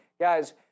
guys